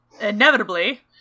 Inevitably